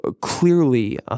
clearly –